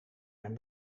mijn